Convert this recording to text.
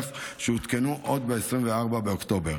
תקנות שעת חירום שהותקנו עוד ב-24 באוקטובר.